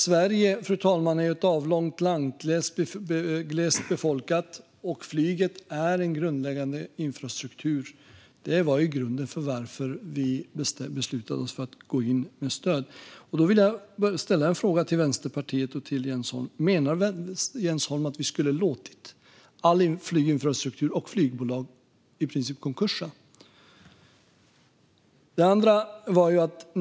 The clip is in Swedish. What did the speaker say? Sverige är ju ett avlångt land som är glest befolkat, fru talman, och flyget är en grundläggande infrastruktur. Detta var grunden för att vi beslutade oss för att gå in med stöd. Jag vill ställa en fråga till Vänsterpartiet och Jens Holm: Menar Jens Holm att vi skulle ha låtit all flyginfrastruktur och alla flygbolag i princip konkursa?